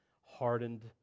hardened